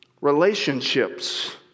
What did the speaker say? relationships